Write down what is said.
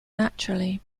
naturally